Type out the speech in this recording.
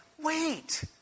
Wait